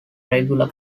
regular